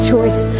choice